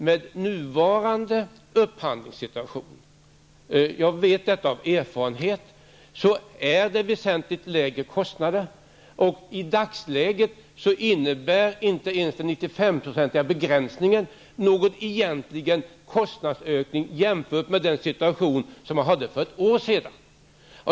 Med nuvarande upphandlingssituation -- jag vet detta av erfarenhet -- är det väsentligt lägre kostnader, och i dagsläget innebär inte ens den 95 procentiga begränsningen någon egentlig kostnadsökning jämfört med vad som var fallet i den situation som rådde för ett år sedan.